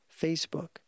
Facebook